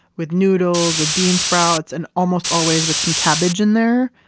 with noodles, with bean sprouts, and almost always with some cabbage in there.